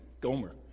gomer